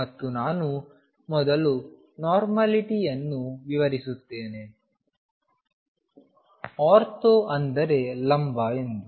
ಮತ್ತು ನಾನು ಮೊದಲು ನೋರ್ಮಲಿಟಿಯನ್ನು ವಿವರಿಸುತ್ತೇನೆ ಆರ್ಥೋ ಅಂದರೆ ಲಂಬ ಎಂದು